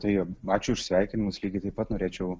tai ačiū už sveikinimus lygiai taip pat norėčiau